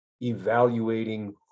evaluating